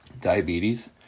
Diabetes